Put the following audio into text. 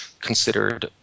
considered